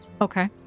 Okay